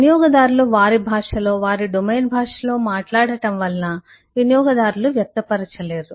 వినియోగదారులు వారి భాషలో వారి డొమైన్ భాషలో మాట్లాడటం వలన వినియోగదారులు వ్యక్తపరచలేరు